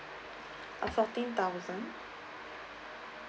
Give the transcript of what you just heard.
uh fourteen thousand